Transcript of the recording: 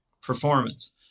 performance